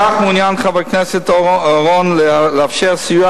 בכך מעוניין חבר הכנסת אורון לאפשר סיוע